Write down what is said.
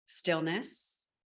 Stillness